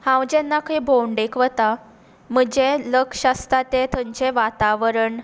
हांव जेन्ना खंय भोवंडेक वता म्हजें लक्ष आसता तें थंयचें वातावरण